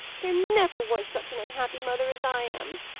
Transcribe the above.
there never was such an unhappy mother as i am!